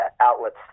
outlets